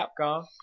Capcom